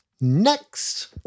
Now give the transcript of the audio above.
next